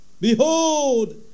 Behold